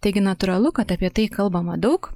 taigi natūralu kad apie tai kalbama daug